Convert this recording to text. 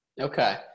Okay